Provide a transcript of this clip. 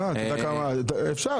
אפשר.